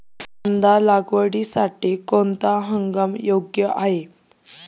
कांदा लागवडीसाठी कोणता हंगाम योग्य आहे?